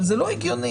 זה לא הגיוני.